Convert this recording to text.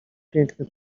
piękny